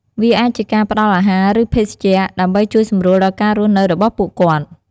វាអាចជាការផ្ដល់អាហារ ឬ ភេសជ្ជៈ ដើម្បីជួយសម្រួលដល់ការរស់នៅរបស់ពួកគាត់។